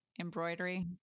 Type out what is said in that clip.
embroidery